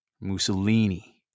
Mussolini